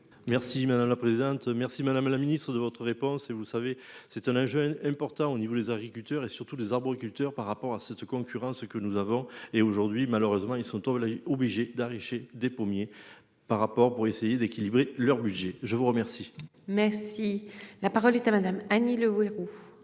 Merci madame la présidente. Merci Madame la Ministre de votre réponse. Et vous savez c'est un, un jeune important au niveau des agriculteurs et surtout les arboriculteurs par rapport à cette concurrence et que nous avons et aujourd'hui malheureusement ils sont tombés obligé d'arracher des pommiers par rapport pour essayer d'équilibrer leur budget. Je vous remercie. Merci. La parole est à madame Annie Le Houerou.